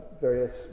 various